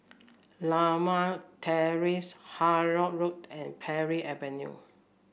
Limau Terrace Havelock Road and Parry Avenue